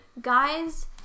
Guys